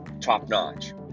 top-notch